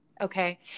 Okay